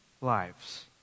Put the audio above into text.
lives